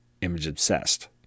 image-obsessed